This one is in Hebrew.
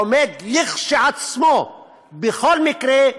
עומד לעצמו בכל מקרה,